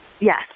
Yes